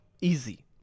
Easy